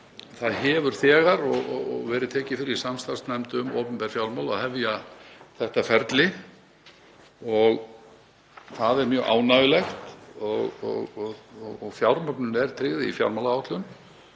Það hefur þegar verið tekið fyrir í samstarfsnefnd um opinber fjármál að hefja þetta ferli og það er mjög ánægjulegt. Fjármögnun er tryggð í fjármálaáætlun